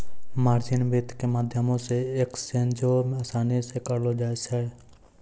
margin वित्त के माध्यमो से एक्सचेंजो असानी से करलो जाय सकै छै